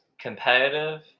competitive